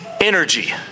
energy